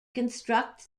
construct